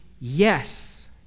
yes